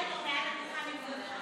בהחלט.